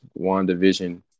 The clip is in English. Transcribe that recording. WandaVision